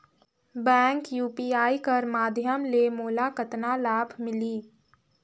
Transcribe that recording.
Bank UPI कर माध्यम ले मोला कतना लाभ मिली?